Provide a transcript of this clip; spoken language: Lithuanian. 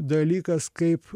dalykas kaip